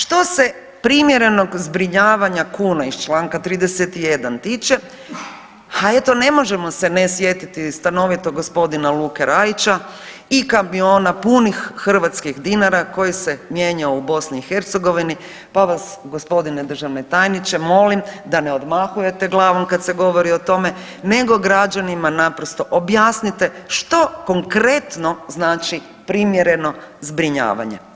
Što se primjerenog zbrinjavanja kune iz čl. 21 tiče, ha eto, ne možemo se ne sjetiti stanovitog g. Luke Rajića i kamiona punih hrvatskih dinara koji se mijenjao u BiH pa vas, g. državni tajniče, molim da ne odmahujete glavom kad se govori o tome nego građanima naprosto objasnite što konkretno znači primjereno zbrinjavanje.